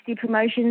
Promotions